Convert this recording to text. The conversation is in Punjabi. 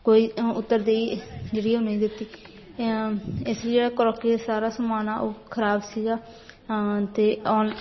ਕੋਈ ਅ ਉੱਤਰਦਾਈ ਜਿਹੜੀ ਹੈ ਉਹ ਨਹੀਂ ਦਿੱਤੀ ਇਸ ਲਈ ਜਿਹੜਾ ਕ੍ਰੋਕਰੀ ਦਾ ਸਾਰਾ ਸਮਾਨ ਆ ਉਹ ਖ਼ਰਾਬ ਸੀਗਾ ਅਤੇ ਔਨ